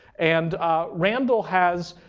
and randall has